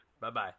Bye-bye